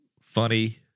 funny